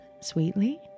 sweetly